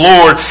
Lord